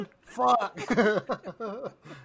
fuck